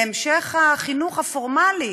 להמשך החינוך הפורמלי,